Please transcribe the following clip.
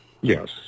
yes